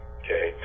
okay